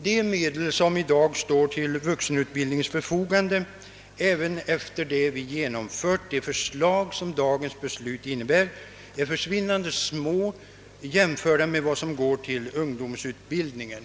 De medel som, även efter det vi genomfört de förslag som dagens beslut innebär, står till vuxenutbildningens förfogande är försvinnande små jämförda med vad som går till ungdomsutbildningen.